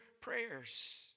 prayers